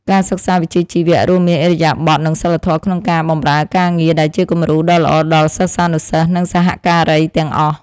ការសិក្សាវិជ្ជាជីវៈរួមមានឥរិយាបថនិងសីលធម៌ក្នុងការបម្រើការងារដែលជាគំរូដ៏ល្អដល់សិស្សានុសិស្សនិងសហការីទាំងអស់។